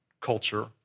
culture